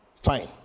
Fine